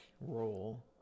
role